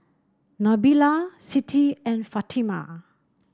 Nabila Siti and Fatimah